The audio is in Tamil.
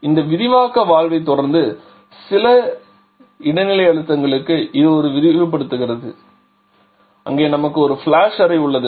எனவே இந்த விரிவாக்க வால்வைத் தொடர்ந்து சில இடைநிலை அழுத்தங்களுக்கு இது விரிவுபடுத்தப்படுகிறது அங்கே நமக்கு ஒரு ஃபிளாஷ் அறை உள்ளது